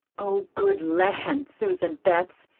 oh, good lan', susan betts,